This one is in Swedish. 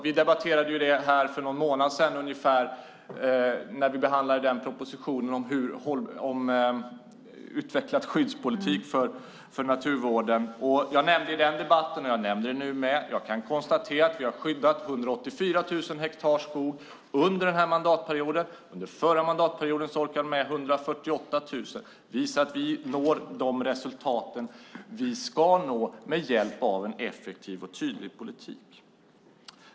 Vi debatterade det här för någon månad sedan ungefär när vi behandlade propositionen om utvecklad skyddspolitik för naturvården. Jag nämnde i den debatten och nämner det nu att vi har skyddat 184 000 hektar skog under den här mandatperioden. Under förra mandatperioden orkade man med 148 000. Det visar att vi når de resultat vi ska nå med hjälp av en effektiv och tydlig politik.